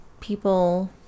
people